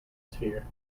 sphere